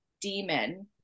demon